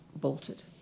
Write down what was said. bolted